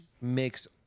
makes